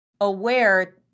aware